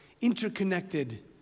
interconnected